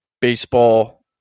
baseball